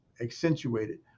accentuated